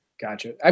Gotcha